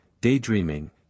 daydreaming